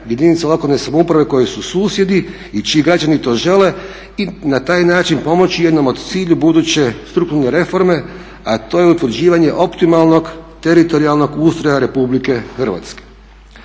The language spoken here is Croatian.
jedinica lokalne samouprave koje su susjedi i čiji građani to žele i na taj način pomoći jednom od cilju buduće strukturne reforme a to je utvrđivanje optimalnog teritorijalnog ustroja RH. Dakle,